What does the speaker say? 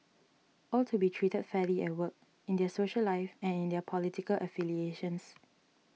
all to be treated fairly at work in their social life and in their political affiliations